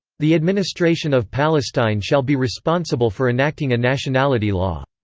the administration of palestine shall be responsible for enacting a nationality law.